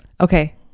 Okay